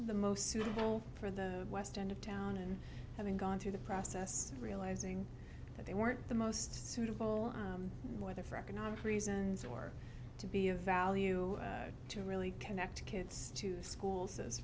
the most suitable for the west end of town and having gone through the process realizing that they weren't the most suitable for their for economic reasons or to be of value to really connect kids to schools